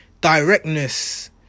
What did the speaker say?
Directness